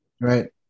right